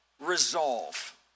resolve